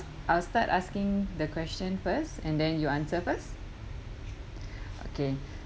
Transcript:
I'll start asking the question first and then you answer first okay